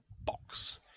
box